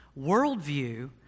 Worldview